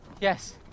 Yes